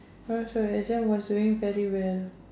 cause your exam was doing very well